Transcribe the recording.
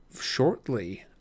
shortly